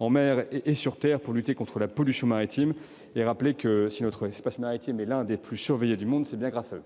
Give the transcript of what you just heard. en mer et sur terre, pour lutter contre la pollution maritime, et rappeler que, si notre espace maritime est l'un des plus surveillés du monde, c'est bien grâce à eux.